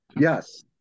Yes